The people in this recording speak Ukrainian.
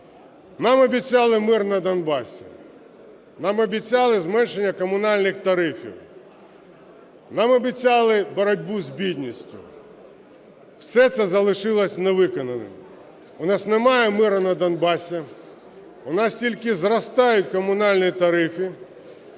Нам обіцяли мир на Донбасі, нам обіцяли зменшення комунальних тарифів, нам обіцяли боротьбу з бідністю. Все це залишилося невиконаним. У нас немає миру на Донбасі. У нас тільки зростають комунальні тарифи.